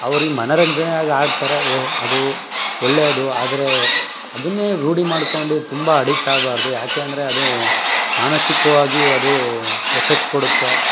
ಅವ್ರಿಗೆ ಮನೋರಂಜನೆಯಾಗಿ ಆಡ್ತಾರೆ ಒ ಅದು ಒಳ್ಳೆಯದು ಆದರೆ ಅದನ್ನೇ ರೂಢಿ ಮಾಡ್ಕೊಂಡು ತುಂಬ ಅಡಿಕ್ಟ್ ಆಗಬಾರ್ದು ಯಾಕೆ ಅಂದರೆ ಅದು ಮಾನಸಿಕವಾಗಿ ಅದು ಎಫೆಕ್ಟ್ ಕೊಡುತ್ತೆ